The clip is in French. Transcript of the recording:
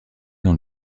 dans